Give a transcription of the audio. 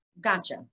Gotcha